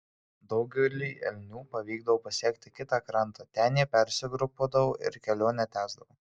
daugeliui elnių pavykdavo pasiekti kitą krantą ten jie persigrupuodavo ir kelionę tęsdavo